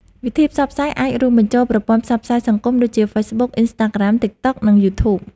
វិធីផ្សព្វផ្សាយអាចរួមបញ្ចូលប្រព័ន្ធផ្សព្វផ្សាយសង្គម ដូចជា ហ្វេសប៊ុក អុិនស្តារក្រាម ទីកតុក និងយូធូប